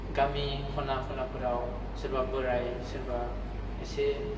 गामि खना खनाफोराव सोरबा बोराय सोरबा एसे